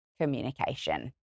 communication